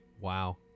Wow